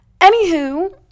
Anywho